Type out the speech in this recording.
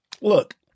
look